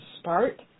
start